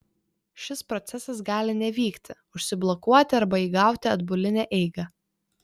šis procesas gali nevykti užsiblokuoti arba įgauti atbulinę eigą